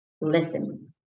listen